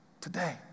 Today